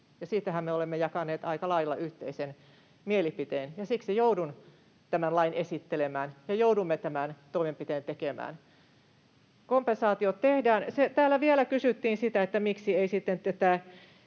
Siitähän me olemme jakaneet aika lailla yhteisen mielipiteen, ja siksi joudun tämän lain esittelemään ja joudumme tämän toimenpiteen tekemään. Täällä vielä kysyttiin sitä, miksi ei sitten